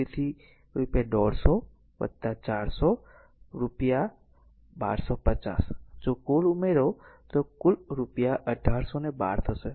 તેથી રૂ 150 400 રૂપિયા 1250 જો કુલ ઉમેરો તો કુલ ચાર્જ રૂપિયા 1812 થશે